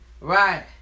Right